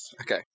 Okay